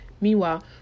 Meanwhile